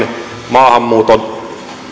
maahanmuuton